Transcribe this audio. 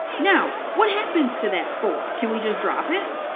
now, what happens to that four? can we just drop it?